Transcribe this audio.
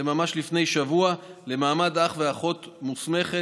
ממש לפני שבוע, למעמד של אח ואחות מוסמכת.